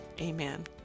Amen